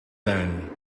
then